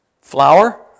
Flour